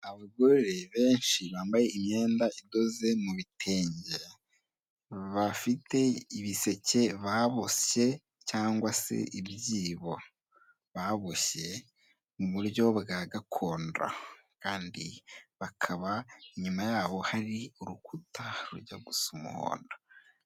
Abagore benshi bambaye imyenda idoze mu bitenge bafite ibiseke baboshye cyangwa se ibyibo baboshye mu buryo bwa gakondo kandi bakaba inyuma yaho hari urukuta rujya gusa umuhondo .